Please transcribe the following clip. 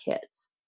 kids